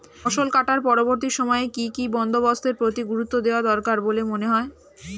ফসল কাটার পরবর্তী সময়ে কি কি বন্দোবস্তের প্রতি গুরুত্ব দেওয়া দরকার বলে মনে হয়?